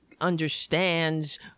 understands